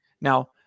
now